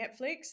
Netflix